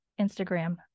Instagram